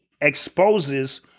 exposes